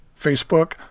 Facebook